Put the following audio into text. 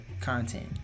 content